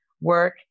work